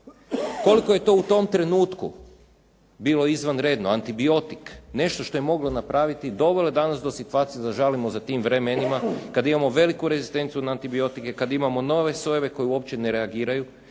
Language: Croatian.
Koliko je to u tom trenutku bilo izvanredno, antibiotik, nešto što je moglo napraviti dobro, dovelo je danas do situacije da žalimo za tim vremenima kad imamo veliku rezistenciju na antibiotike, kad imamo nove sojeve koji uopćene reagiraju.